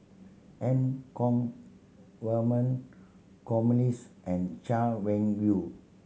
Eu Kong Vernon and Chay Weng Yew